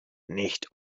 nicht